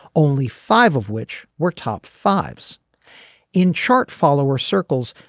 only five of which were top fives in chart follower circles.